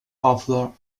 popular